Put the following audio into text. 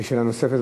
יש שאלה נוספת?